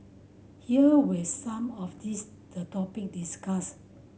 here were some of this the topic discussed